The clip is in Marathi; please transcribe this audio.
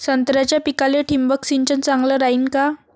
संत्र्याच्या पिकाले थिंबक सिंचन चांगलं रायीन का?